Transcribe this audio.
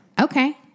Okay